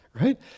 right